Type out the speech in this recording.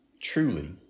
Truly